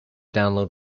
download